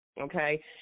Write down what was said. Okay